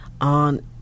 on